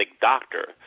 doctor